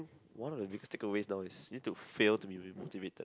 one of the next takeaways now is you need to fail to be motivated